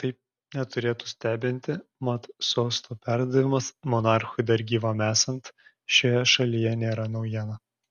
tai neturėtų stebinti mat sosto perdavimas monarchui dar gyvam esant šioje šalyje nėra naujiena